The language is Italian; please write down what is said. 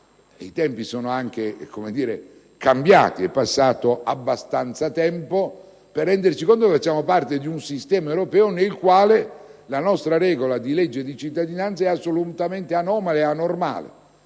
i tempi sono anche cambiati ed è trascorso abbastanza tempo per renderci conto che facciamo parte di un sistema europeo, nel quale la nostra regola di legge e di cittadinanza è assolutamente anomala e anormale.